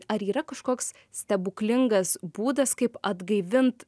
ar yra kažkoks stebuklingas būdas kaip atgaivint